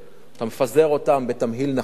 אתה מפזר אותם בתמהיל נכון,